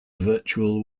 virtual